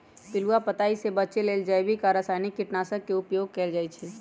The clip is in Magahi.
पिलुआ पताइ से बचे लेल जैविक आ रसायनिक कीटनाशक के उपयोग कएल जाइ छै